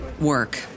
work